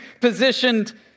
positioned